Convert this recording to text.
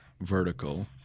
vertical